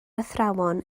athrawon